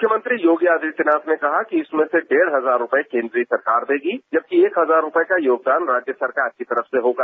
मुख्यमंत्री योगी आदित्यनाथ ने कहा कि इसमें से डेढ़ हजार रूपये कोन्द्रीय सरकार देगी जबकि एक हजार रूपये का योगदान राज्य सरकार की तरफ से होगा